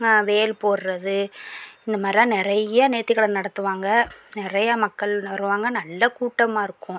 வேல் போடுறது இந்தமாதிரிலா நிறைய நேர்த்திகடன் நடத்துவாங்க நிறைய மக்கள் வருவாங்க நல்ல கூட்டமாக இருக்கும்